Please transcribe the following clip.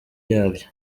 yabyo